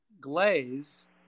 glaze